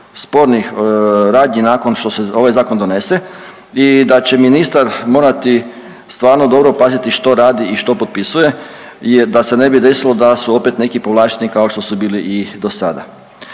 spornih radnji nakon što se ovaj zakon donese i da će ministar morati stvarno dobro paziti što radi i što potpisuje jer da se ne bi desilo da su opet neki povlašteni kao što su bili i do sada.